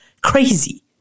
crazy